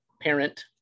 parent